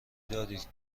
دارید